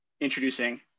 Introducing